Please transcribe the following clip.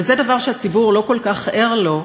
וזה דבר שהציבור לא כל כך ער לו,